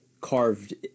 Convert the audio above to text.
carved